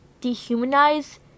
dehumanize